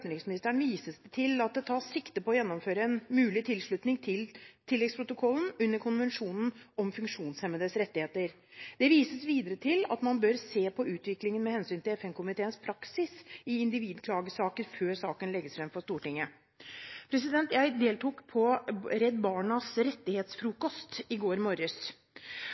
vises det til at det tas sikte på å gjennomføre en utredning av fordeler og ulemper ved en mulig tilslutning til tilleggsprotokollen under konvensjonen om funksjonshemmedes rettigheter. Det vises videre til at man bør se på utviklingen med hensyn til FN-komiteens praksis i individklagesaker før saken legges fram for Stortinget. Jeg deltok på Redd Barnas rettighetsfrokost i går morges.